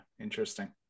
interesting